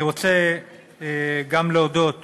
אני רוצה גם להודות